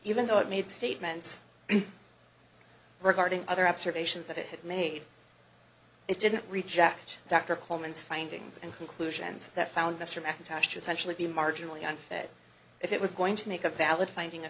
even though it made statements regarding other observations that it had made it didn't reject dr coleman's findings and conclusions that found mr mackintosh essentially be marginally and that if it was going to make a valid finding a